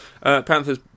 Panthers